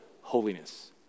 holiness